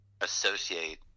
associate